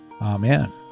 Amen